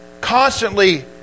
constantly